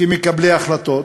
כמקבלי החלטות?